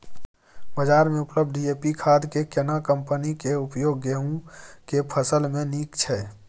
बाजार में उपलब्ध डी.ए.पी खाद के केना कम्पनी के उपयोग गेहूं के फसल में नीक छैय?